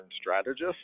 strategist